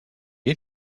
est